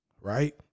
Right